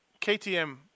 KTM